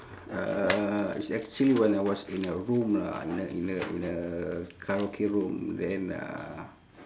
uh it's actually when I was in a room lah in a in a in a karaoke room then uh